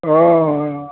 অঁ